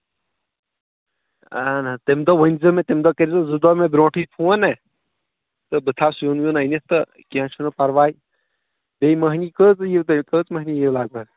اَہن حظ تَمہِ دۄہ ؤنۍزیو مےٚ تَمہِ دۄہ کٔرۍزیو زٕ دۄہ مےٚ برٛونٛٹھٕے فون نہ تہٕ بہٕ تھاوٕ سیُن ویُن أنِتھ تہٕ کیٚنہہ چھُنہٕ پَرواے بیٚیہِ مٔہنِوۍ کٔژ یِیِو تُہۍ کٔژ مٔہنِوۍ یِیِو لگ بگ